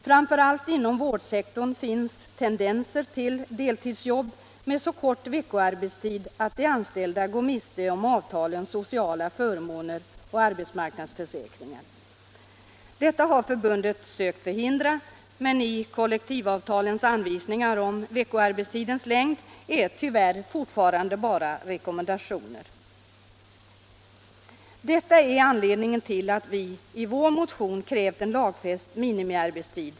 Framför allt inom vårdsektorn finns tendenser till deltidsjobb med så kort veckoarbetstid, att de anställda går miste om avtalens sociala förmåner och arbetsmarknadsförsäkringar. Detta har förbundet sökt förhindra, men kollektivavtalens anvisningar om veckoarbetstidens längd är tyvärr bara rekommendationer. Detta är anledningen till att vi i vår motion krävt en lagfäst minimiarbetstid.